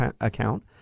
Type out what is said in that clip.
account